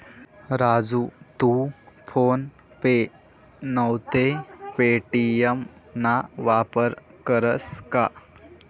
राजू तू PhonePe नैते Paytm ना वापर करस का?